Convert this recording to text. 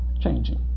changing